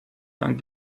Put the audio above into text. dann